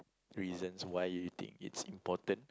reasons why you think it's important